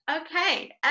okay